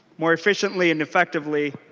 more efficiently and effectively